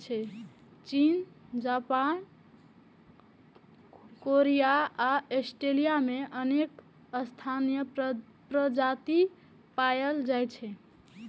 चीन, Japan, Korea आ Australia मे अनेक स्थानीय प्रजाति पाएल जाइ छै